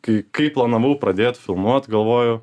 kai kai planavau pradėt filmuot galvoju